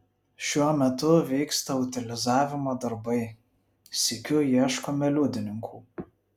šiuo metu vyksta utilizavimo darbai sykiu ieškome liudininkų